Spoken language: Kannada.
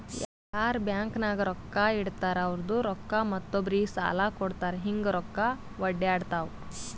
ಯಾರ್ ಬ್ಯಾಂಕ್ ನಾಗ್ ರೊಕ್ಕಾ ಇಡ್ತಾರ ಅವ್ರದು ರೊಕ್ಕಾ ಮತ್ತೊಬ್ಬರಿಗ್ ಸಾಲ ಕೊಡ್ತಾರ್ ಹಿಂಗ್ ರೊಕ್ಕಾ ಒಡ್ಯಾಡ್ತಾವ